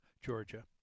Georgia